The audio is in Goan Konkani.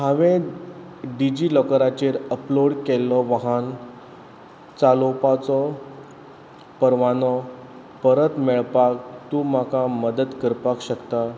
हांवें डिजी लॉकराचेर अपलोड केल्लो वाहन चलोवपाचो परवानो परत मेळपाक तूं म्हाका मदत करपाक शकता